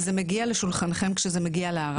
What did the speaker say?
זה מגיע לשולחנכם כשזה מגיע לערר?